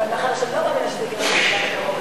אבל מאחר שאני לא מאמינה שזה יקרה בזמן הקרוב,